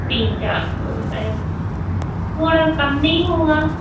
तीन चार सौ रुपये थोड़ा काम नहीं होगा